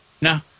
No